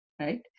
right